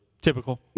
typical